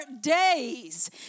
days